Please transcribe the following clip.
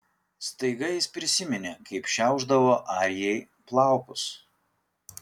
staiga jis prisiminė kaip šiaušdavo arijai plaukus